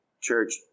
church